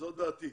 זאת דעתי.